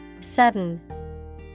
Sudden